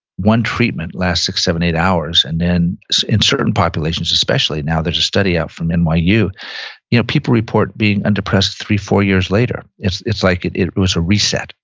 one treatment lasts six, seven, eight hours, and then in certain populations, especially now, there's a study out from and nyu, you know people report being undepressed three, four years later. it's it's like it it was a reset,